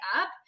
up